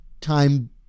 Time